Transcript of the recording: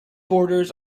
borders